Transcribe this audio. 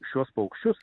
šiuos paukščius